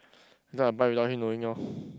later I buy without him knowing lor